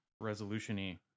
resolution-y